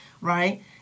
right